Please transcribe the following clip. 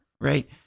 right